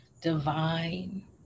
divine